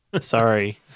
Sorry